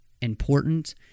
important